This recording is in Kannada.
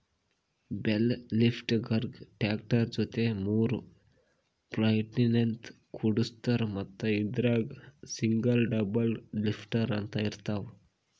ಬೇಲ್ ಲಿಫ್ಟರ್ಗಾ ಟ್ರ್ಯಾಕ್ಟರ್ ಜೊತಿ ಮೂರ್ ಪಾಯಿಂಟ್ಲಿನ್ತ್ ಕುಡಸಿರ್ತಾರ್ ಮತ್ತ್ ಇದ್ರಾಗ್ ಸಿಂಗಲ್ ಡಬಲ್ ಲಿಫ್ಟರ್ ಅಂತ್ ಇರ್ತವ್